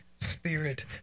spirit